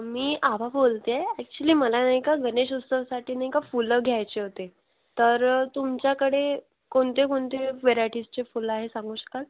मी आभा बोलते आहे ॲक्च्युली मला नाही का गणेश उत्सवासाठी नाही का फुलं घ्यायचे होते तर तुमच्याकडे कोणते कोणते व्हेरायटीजचे फुलं आहे सांगू शकाल